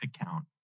account